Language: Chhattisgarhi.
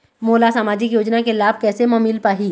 मोला सामाजिक योजना के लाभ कैसे म मिल पाही?